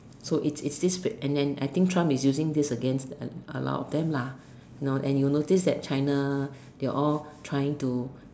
so it is this to and and trying to use this to against a lot of them lah and you know China they are all trying to